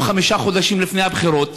אנחנו חמישה חודשים לפני הבחירות.